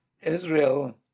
Israel